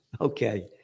Okay